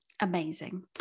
Amazing